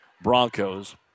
Broncos